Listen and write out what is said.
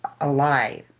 alive